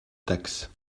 taxe